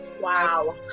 Wow